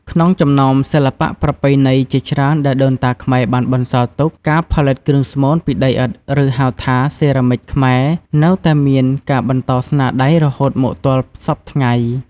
ក្នុងចំណោមសិល្បៈប្រពៃណីជាច្រើនដែលដូនតាខ្មែរបានបន្សល់ទុក ការផលិតគ្រឿងស្មូនពីដីឥដ្ឋ ឬហៅថា សេរ៉ាមិចខ្មែរនៅតែមានការបន្តស្នាដៃររហូតមកទល់សព្វថ្ងៃ។